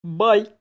bye